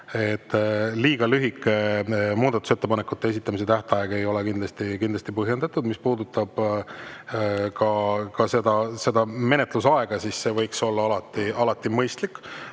liiga lühike muudatusettepanekute esitamise tähtaeg ei ole kindlasti põhjendatud. Mis puudutab seda menetlusaega, siis see võiks olla alati mõistlik.